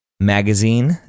Magazine